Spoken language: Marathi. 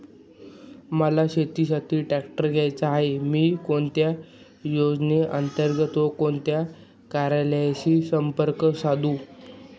मला शेतीसाठी ट्रॅक्टर घ्यायचा आहे, मी कोणत्या योजने अंतर्गत व कोणत्या कार्यालयाशी संपर्क साधू?